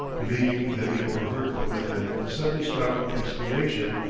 believing that he overheard from within a sudden startled exclamation,